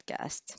podcast